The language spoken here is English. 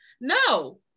No